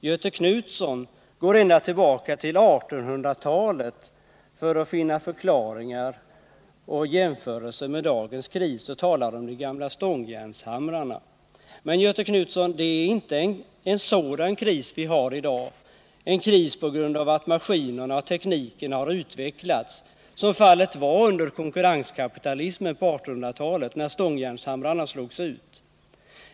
Göthe Knutson går ända tillbaka till 1800-talet för att finna förklaringar och jämförelser med dagens kris, och han talar om de gamla stångjärnshamrarna. Men det är inte en sådan kris vi har i dag — en kris på grund av att maskinerna och tekniken har utvecklats, som fallet var under konkurrenskapitalismen på 1800-talet, när stångjärnshamrarna slogs ut.